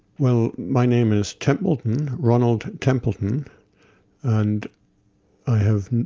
well my name is templeton, ronald templeton and i